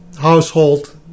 household